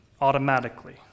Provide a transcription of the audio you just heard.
automatically